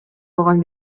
алган